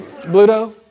Bluto